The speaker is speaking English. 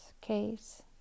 case